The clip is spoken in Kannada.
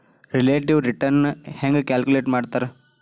ರಿಲೇಟಿವ್ ರಿಟರ್ನ್ ಹೆಂಗ ಕ್ಯಾಲ್ಕುಲೇಟ್ ಮಾಡ್ತಾರಾ